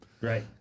Right